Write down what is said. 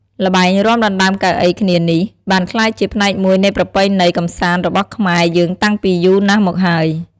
ល្បែងរាំដណ្តើមកៅអីគ្នានេះ បានក្លាយជាផ្នែកមួយនៃប្រពៃណីកម្សាន្តរបស់ខ្មែរយើងតាំងពីយូរណាស់មកហើយ។